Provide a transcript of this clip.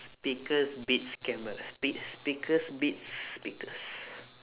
speakers beats camera speak speakers beats speakers